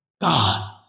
God